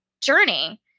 journey